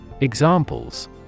Examples